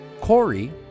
Corey